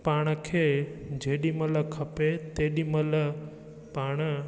पाण खे जेॾी महिल खपे तेॾी महिल पाण